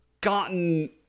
gotten